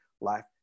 life